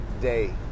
day